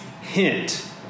hint